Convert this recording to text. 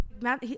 Matt